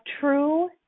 true